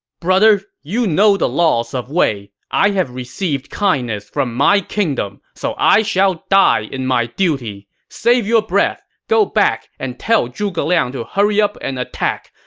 brother, you know the laws of wei. i have received kindness from my kingdom, so i shall die in my duty. save your breath. go back to and tell zhuge liang to hurry up and attack.